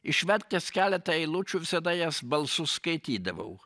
išvertęs keletą eilučių visada jas balsu skaitydavau